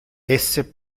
esse